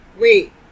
Wait